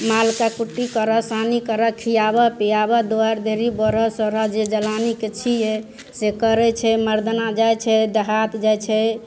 मालके कुट्टी करऽ सानी करऽ खिआबऽ पिआबऽ दौड़ी बहारऽ सोहरऽ जे जलानीके छियै से करै छै मरदाना जाइ छै देहात जाइ छै